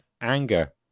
anger